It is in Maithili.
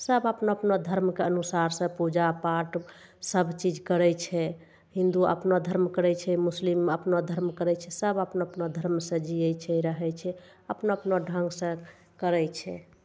सब अपना अपना धर्मके अनुसारसँ पूजापाठ सबचीज करै छै हिन्दू अपना धर्म करै छै मुस्लिम अपना धर्म करै छै सब अपना अपना धर्म सँ जियै छै रहै छै अपना अपना ढंग सँ करै छै